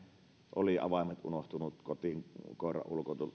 olivat avaimet unohtuneet kotiin koiran